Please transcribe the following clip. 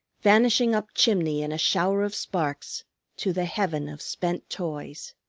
vanishing up chimney in a shower of sparks to the heaven of spent toys.